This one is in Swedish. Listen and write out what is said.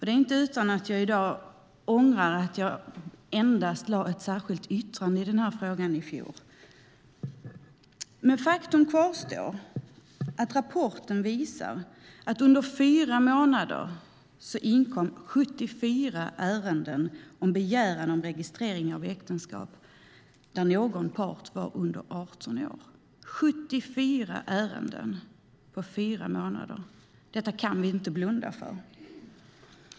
Det är inte utan att jag i dag ångrar att jag endast skrev ett särskilt yttrande i denna fråga i fjol. Men faktum kvarstår, nämligen att rapporten visar att det under fyra månader inkom 74 ärenden om begäran om registrering av äktenskap där någon part var under 18 år - 74 ärenden på fyra månader. Detta kan vi inte blunda för.